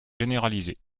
généraliser